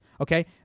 okay